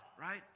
right